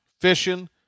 fishing